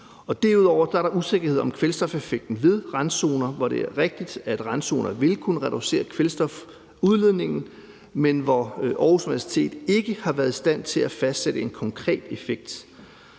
Derudover er der usikkerhed om kvælstofeffekten ved randzoner. Det er rigtigt, at randzoner vil kunne reducere kvælstofudledningen, men Aarhus Universitet har ikke været i stand til at fastsætte en konkret effekt.